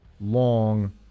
long